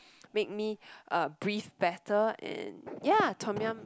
make me uh breath better and yeah tom-yum